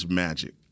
magic